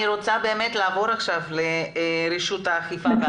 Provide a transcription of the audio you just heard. אני רוצה באמת לעבור לרשות האכיפה,